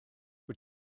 wyt